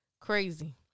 Crazy